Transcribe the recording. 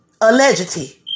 Allegedly